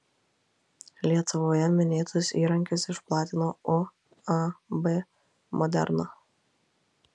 lietuvoje minėtus įrankius išplatino uab moderna